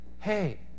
hey